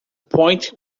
point